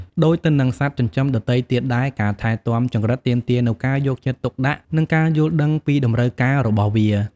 ដូចទៅនឹងសត្វចិញ្ចឹមដទៃទៀតដែរ ការថែទាំចង្រិតទាមទារនូវការយកចិត្តទុកដាក់ និងការយល់ដឹងពីតម្រូវការរបស់វា។